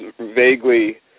vaguely